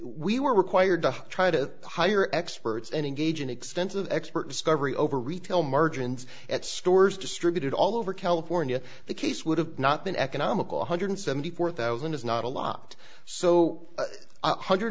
we were required to try to hire experts and engage in extensive expert discovery over retail margins at stores distributed all over california the case would have not been economical one hundred seventy four thousand is not a lot so